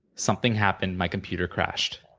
something happened. my computer crashed,